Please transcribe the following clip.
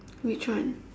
which one